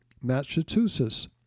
Massachusetts